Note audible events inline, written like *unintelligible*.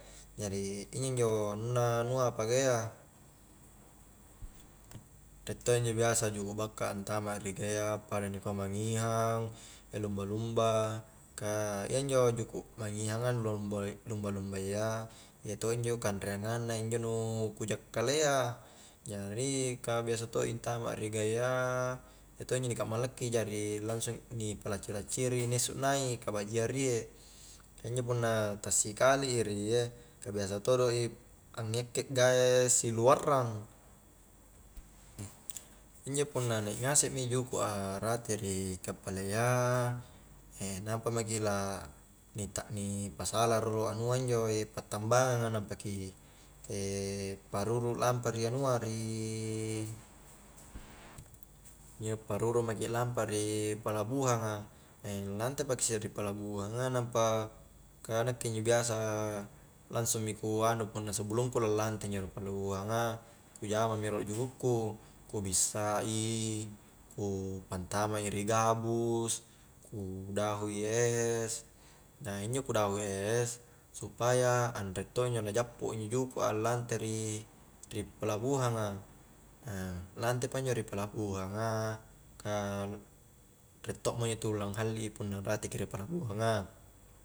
Jari injo-injo anunna anua pagae a riek to injo biasa juku' bakka antama ri gae a pada nikua mangihang *hesitation* lumba-lumba ka iyanjo juku' mangihanga nu *unintelligible* lumba-lumbayya iya to injo kanreangang na injo nu ku jakkala iyya jari ka biasa to i antama ri gae a iya to injo ni kammalaki jari langsung ni palacci-lacciri ni esu'naik ka bajji ariek, ka injo punna ta sikali i riek ka biasa todo' i a'ngekke gae si luarrang injo punna na ngasek mi juku' a rate ri kappalayya *hesitation* nampa maki *unintelligible* ni pasala rolo anua injo *hesitation* pattambangang a nampa ki *hesitation* paruru lampa ri anua *hesitation* apparuru maki lampa ri palabuhanga *hesitation* lante paki isse ri palabuhanga nampa ka nakke injo biasa langsung mi ku anu punna sebelungku lante injo ri palabuhanga ku jama mi rolo juku'ku ku bissai, ku pantama i ri gabus, ku dahui es, na injo ku dahui es supaya anre to injo na jappo injo juku a lante ri-ri palabuhanga *hesitation* lante pa injo ri palabuhanga ka riek tokmo injo tu langhalli i punna rate ki ri pelabuhanga